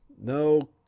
no